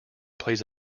plays